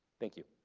thank you.